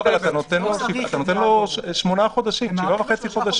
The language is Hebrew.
אתה נותן לו שבעה חודשים וחצי.